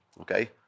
Okay